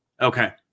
Okay